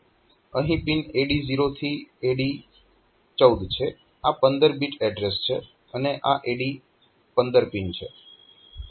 અહીં pin AD0 થી AD14 છે આ 15 બિટ એડ્રેસ છે અને આ AD15 પિન છે